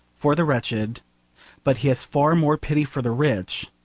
for the wretched but he has far more pity for the rich,